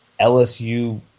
LSU